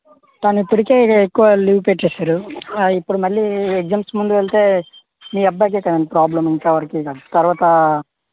తను ఇప్పుడికే ఎక్కువ లీవ్ పెట్టేశాడు ఆ ఇప్పుడు మళ్ళీ ఎగ్జామ్స్ ముందు వెళ్తే మీ అబ్బాయికే కదండి ప్రాబ్లం ఇంత వరకైనా తర్వాత